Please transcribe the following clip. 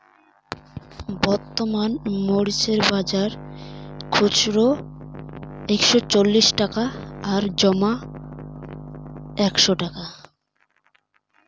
মরিচ এর বাজার খুচরো ও জমা কত চলছে?